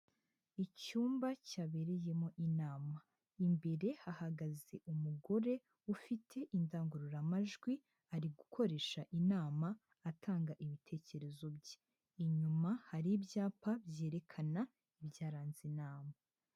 Icyumba cyabereyemo inama, imbere hahagaze umugore ufite indangururamajwi ari gukoresha inama atanga ibitekerezo bye. Inyuma hari ibyapa byerekana ibyaranze inama.